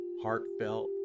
heartfelt